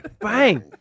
Bang